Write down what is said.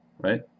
right